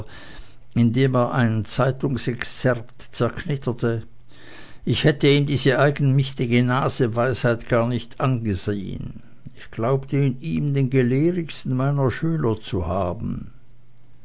indem er ein zeitungsexzerpt zerknitterte ich hätte ihm diese eigenmächtige naseweisheit gar nicht angesehen ich glaubte in ihm den gelehrigsten meiner schüler zu haben